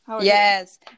Yes